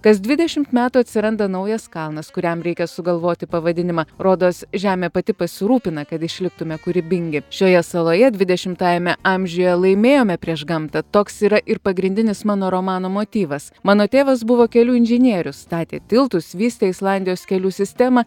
kas dvidešimt metų atsiranda naujas kalnas kuriam reikia sugalvoti pavadinimą rodos žemė pati pasirūpina kad išliktume kūrybingi šioje saloje dvidešimtajame amžiuje laimėjome prieš gamtą toks yra ir pagrindinis mano romano motyvas mano tėvas buvo kelių inžinierius statė tiltus vystė islandijos kelių sistemą